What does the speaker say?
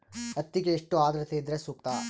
ಹತ್ತಿಗೆ ಎಷ್ಟು ಆದ್ರತೆ ಇದ್ರೆ ಸೂಕ್ತ?